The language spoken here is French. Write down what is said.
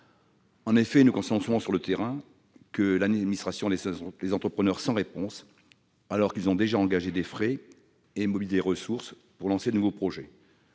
En effet, nous constatons souvent sur le terrain que l'administration laisse fréquemment les entrepreneurs sans réponse, alors qu'ils ont déjà engagé des frais et mobilisé des ressources pour lancer de nouveaux projets.